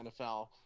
NFL